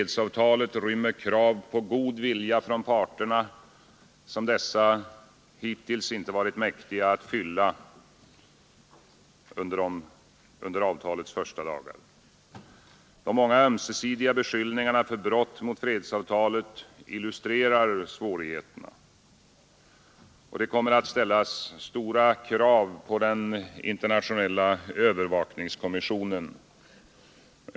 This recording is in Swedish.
Det rymmer krav på god vilja från parterna som dessa inte varit mäktiga att fylla under avtalets första dagar. De många ömsesidiga beskyllningarna för brott mot fredsavtalet illustrerar svårigheterna. Det kommer att ställas stora krav på den internationella övervakningskommissionen.